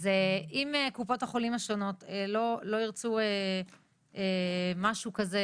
אז אם קופות החולים השונות לא ירצו משהו כזה,